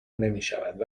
نمیشود